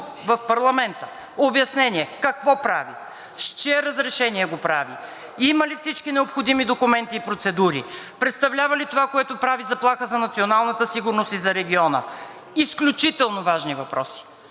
в парламента, обяснение: какво прави, с чие разрешение го прави, има ли всички необходими документи и процедури, представлява ли това, което прави, заплаха за националната сигурност и за региона? Изключително важни въпроси.